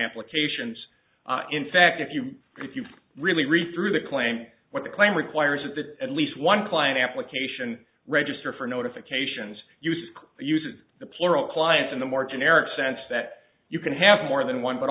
applications in fact if you really read through the claim what the claim requires is that at least one client application register for notifications use uses the plural clients in the more generic sense that you can have more than one but